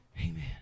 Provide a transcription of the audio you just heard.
amen